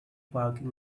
parking